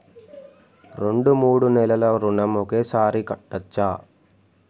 రెండు మూడు నెలల ఋణం ఒకేసారి కట్టచ్చా?